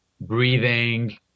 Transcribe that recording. breathing